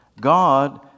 God